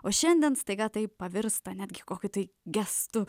o šiandien staiga tai pavirsta netgi kokiu tai gestu